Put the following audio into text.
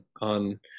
on